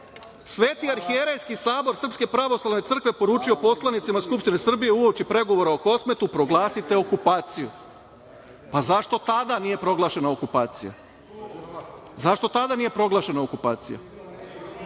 Sveti Arhijerejski Sabor Srpske Pravoslavne Crkve poručio poslanicima Skupštine Republike Srbije uoči pregovora o Kosmetu – proglasite okupaciju. Pa, zašto tada nije proglašena okupacija? Zašto tada nije proglašena okupacija?(Miloš